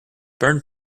burn